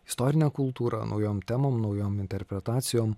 istorinę kultūrą naujom temom naujom interpretacijom